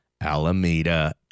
Alameda